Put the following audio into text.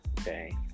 Okay